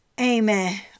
Amen